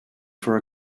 for